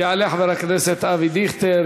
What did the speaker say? יעלה חבר הכנסת אבי דיכטר,